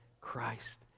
Christ